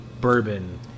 bourbon